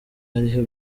hari